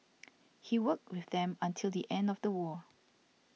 he worked with them until the end of the war